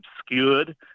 obscured